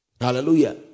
Hallelujah